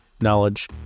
knowledge